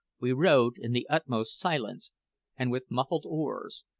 we rowed in the utmost silence and with muffled oars,